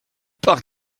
par